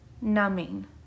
numbing